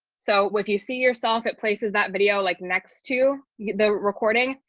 so if you see yourself at places that video like next to the recording,